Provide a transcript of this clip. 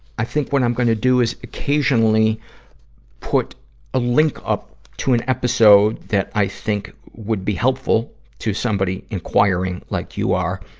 i think what i'm gonna do is occasionally put a link up to an episode that i think would be helpful to somebody enquiring like you are,